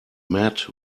mat